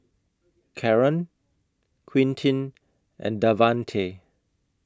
Caron Quintin and Davante